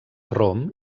rom